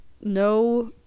no